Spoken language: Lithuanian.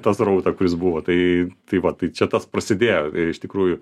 tą srautą kuris buvo tai tai va tai čia tas prasidėjo ir iš tikrųjų